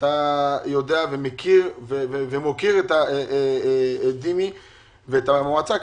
שאתה יודע ומכיר ומוקיר את דימי ואת המועצה.